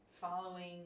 following